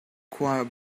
quite